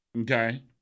Okay